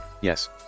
Yes